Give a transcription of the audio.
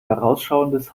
vorausschauendes